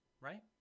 right